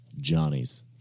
Johnny's